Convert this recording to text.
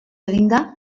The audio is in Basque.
eginda